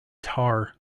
tar